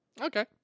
okay